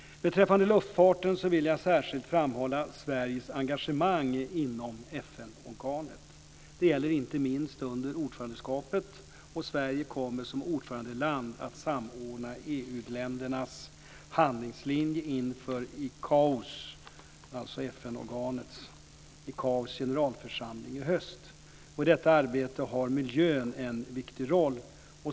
Beträffande luftfarten vill jag särskilt framhålla Sveriges engagemang inom FN-organet. Det gäller inte minst under ordförandeskapet. Sverige kommer som ordförandeland att samordna EU-ländernas handlingslinje inför ICAO:s, dvs. FN-organets, generalförsamling i höst. I detta arbete har miljön en viktig roll.